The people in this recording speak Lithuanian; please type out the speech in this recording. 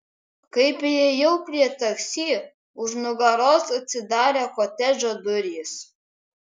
kai priėjau prie taksi už nugaros atsidarė kotedžo durys